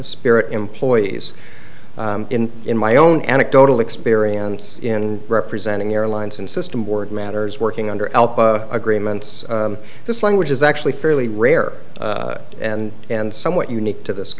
spirit employees in in my own anecdotal experience in representing airlines and system board matters working under elp agreements this language is actually fairly rare and and somewhat unique to this